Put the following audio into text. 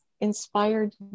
inspired